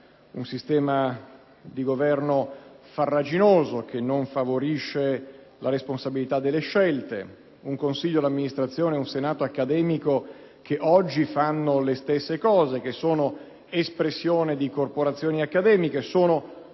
un sistema di governo farraginoso che non favorisce la responsabilità delle scelte, un consiglio d'amministrazione e un senato accademico che oggi fanno le stesse cose, che sono espressione di corporazioni accademiche, sono